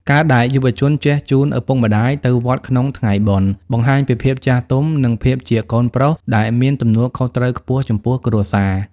ការដែលយុវជនចេះ "ជូនឪពុកម្ដាយ" ទៅវត្តក្នុងថ្ងៃបុណ្យ បង្ហាញពីភាពចាស់ទុំ និងភាពជាកូនប្រុសដែលមានទំនួលខុសត្រូវខ្ពស់ចំពោះគ្រួសារ។